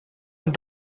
and